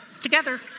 together